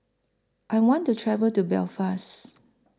I want to travel to Belfast